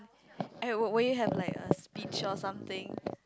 and will will you have a speech or something